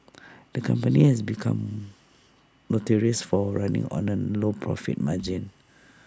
the company has become notorious for running on A low profit margin